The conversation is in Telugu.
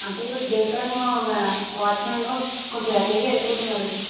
అంటే ఇప్పుడు డే టైమ్ వాచ్ మ్యాన్ కొంచెం ఎర్లీ గా వెళ్ళిపోతున్నాడు